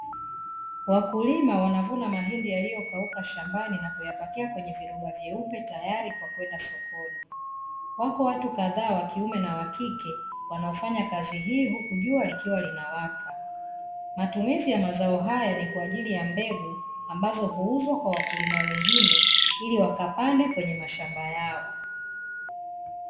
Wakulima wanavuna mahindi yaliyokauka shambani na kuyapakia kwenye viroba vyeupe tayari kwa kwenda sokoni, wako watu kadhaa wakiume na wakike wanaofanya kazi hii huku jua likiwa linawaka, matumizi ya mazao haya ni kwa ajili ya mbegu ambazo huuzwa kwa wakulima wengine, ili wakapande kwenye mashamba yao.